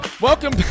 Welcome